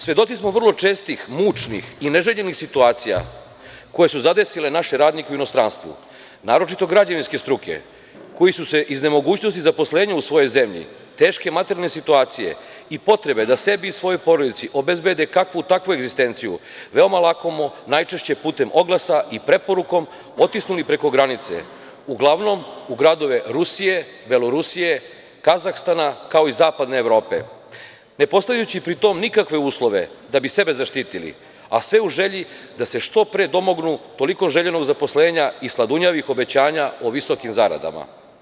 Svedoci smo vrlo čestih, mučnih i neželjenih situacija koje su zadesile naše radnike u inostranstvu, naročito građevinske struke koje su se iz nemogućnosti zaposlenja u svojoj zemlji, teške materijalne situacije i potrebe da sebi i svojoj porodici obezbede kakvu takvu egzistenciju, veoma lakomu najčešće putem oglasa i preporukom otisnuli preko granice, uglavnom u gradove Rusije, Belorusije, Kazahstana, kao i zapadne Evrope, ne postavljajući pri tom nikakve uslove da bi sebe zaštitili, a sve u želji da se što pre domognu toliko željenog zaposlenja i sladunjavih obećanja o visokim zaradama.